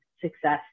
success